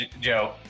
Joe